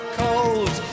cold